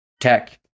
tech